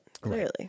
clearly